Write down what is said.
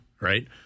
right